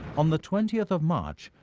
on the twentieth of march,